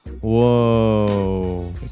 Whoa